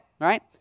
right